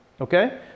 okay